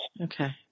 Okay